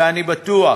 ואני בטוח